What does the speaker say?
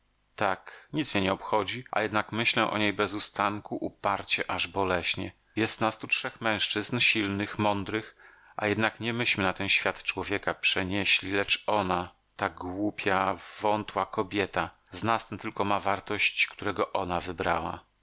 tak nic mnie nie obchodzi a jednak myślę o niej bez ustanku uparcie aż boleśnie jest nas tu trzech mężczyzn silnych mądrych a jednak nie myśmy na ten świat człowieka przenieśli lecz ona ta głupia wątła kobieta z nas ten tylko ma wartość którego ona wybrała